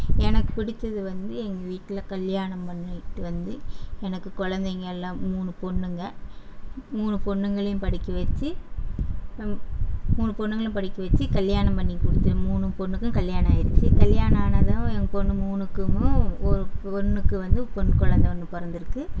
எனக்கு பிடித்தது வந்து எங்கள் வீட்டில் கல்யாணம் பண்ணிக்கிட்டு வந்து எனக்கு கொழந்தைங்க எல்லாம் மூணு பெண்ணுங்க மூணு பெண்ணுங்களையும் படிக்க வெச்சு மூணு பெண்ணுங்களையும் படிக்க வெச்சு கல்யாணம் பண்ணிக் கொடுத்தேன் மூணு பெண்ணுக்கும் கல்யாணம் ஆயிருச்சு கல்யாணம் ஆனதும் என் பெண்ணு மூணுக்கும் ஒரு ஒன்றுக்கு வந்து பெண் கொழந்த ஒன்று பிறந்துருக்கு